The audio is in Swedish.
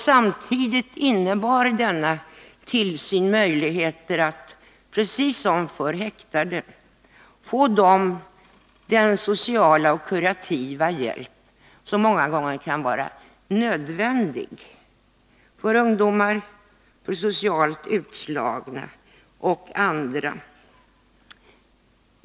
Samtidigt innebar denna tillsyn möjligheter att, precis som för häktade, få den sociala och kurativa hjälp som många gånger kan vara nödvändig för ungdomar, socialt utslagna och andra.